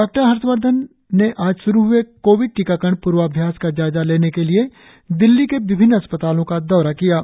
doctor Harshvardhan आज श्रू हए कोविड टीकाकरण प्र्वाभ्यास का जायजा लेने के लिए दिल्ली के विभिन्न अस्पतालों का दौरा कर रहे थे